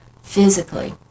physically